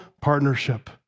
partnership